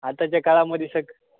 आताच्या काळामध्ये सग